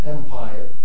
Empire